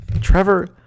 Trevor